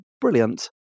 brilliant